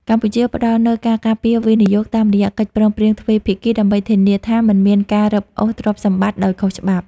កម្ពុជាផ្ដល់នូវ "ការការពារវិនិយោគ" តាមរយៈកិច្ចព្រមព្រៀងទ្វេភាគី ដើម្បីធានាថាមិនមានការរឹបអូសទ្រព្យសម្បត្តិដោយខុសច្បាប់។